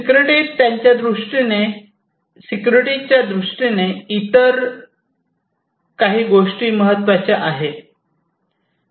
security त्याच्या दृष्टीने इतरही काही गोष्टी महत्त्वाच्या आहेत